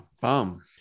Bum